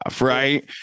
Right